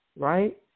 right